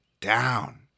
down